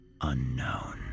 unknown